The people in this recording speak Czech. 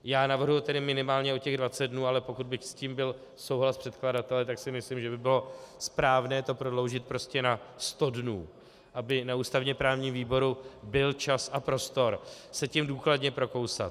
Já navrhuji minimálně o těch 20 dnů, ale pokud by s tím byl souhlas předkladatele, tak si myslím, že by bylo správné to prodloužit na 100 dnů, aby na ústavněprávním výboru byl čas a prostor se tím důkladně prokousat.